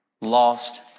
lost